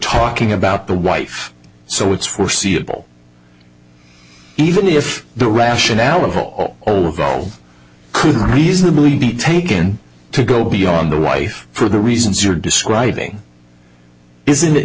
talking about the wife so it's foreseeable even if the rationale of all only of all could reasonably be taken to go beyond the wife for the reasons you're describing isn't